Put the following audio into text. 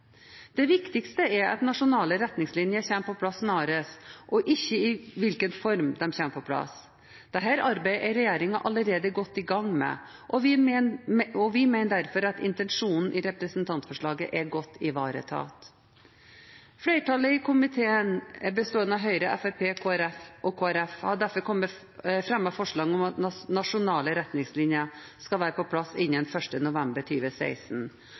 Det viktigste er at nasjonale retningslinjer kommer på plass snarest, og ikke i hvilken form de kommer på plass. Dette arbeidet er regjeringen allerede godt i gang med, og vi mener derfor at intensjonen i representantforslaget er godt ivaretatt. Flertallet i komiteen, bestående av Høyre, Fremskrittspartiet og Kristelig Folkeparti, har derfor fremmet forslag til vedtak om at nasjonale retningslinjer skal være på plass innen 1. november